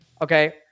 Okay